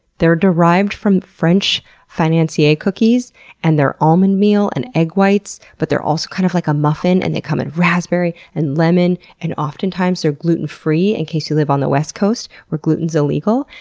they're derived from french financier cookies and they're almond meal and egg whites. but they're also kind of like a muffin and they come in raspberry and lemon and often times they're gluten-free in case you live on the west coast where gluten is illegal.